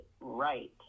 right